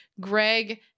Greg